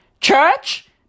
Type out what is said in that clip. Church